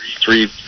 three